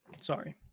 sorry